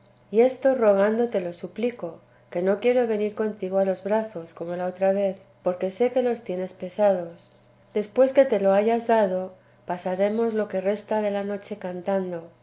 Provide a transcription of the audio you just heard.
y esto rogando te lo suplico que no quiero venir contigo a los brazos como la otra vez porque sé que los tienes pesados después que te hayas dado pasaremos lo que resta de la noche cantando